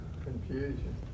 Confusion